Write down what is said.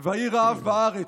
"ויהי רעב בארץ".